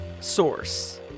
Source